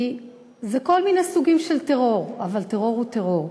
כי זה כל מיני סוגים של טרור, אבל טרור הוא טרור.